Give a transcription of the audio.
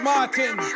Martin